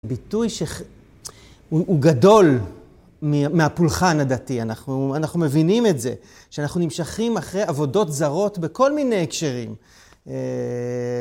ביטוי שהוא גדול מהפולחן הדתי, אנחנו מבינים את זה, שאנחנו נמשכים אחרי עבודות זרות בכל מיני הקשרים.